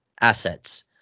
assets